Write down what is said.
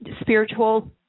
spiritual